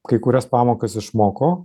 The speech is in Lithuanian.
kai kurias pamokas išmoko